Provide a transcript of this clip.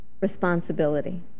responsibility